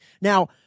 Now